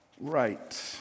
right